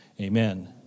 Amen